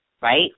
right